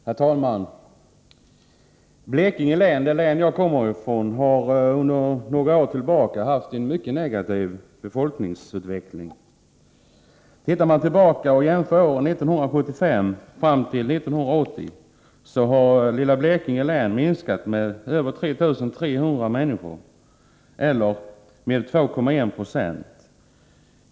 Herr talman! Blekinge län, som jag kommer ifrån, har sedan några år tillbaka haft en mycket negativ befolkningsutveckling. Om man gör en jämförelse för åren 1975-1980 finner man att befolkningen i det lilla Blekinge minskat med över 3 300 personer eller med 2,1 26.